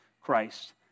Christ